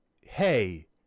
hey